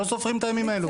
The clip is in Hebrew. לא סופרים את הימים האלו.